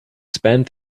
spend